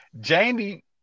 Jamie